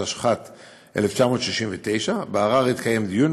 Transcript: התשכ"ט 1969. בערר התקיים דיון,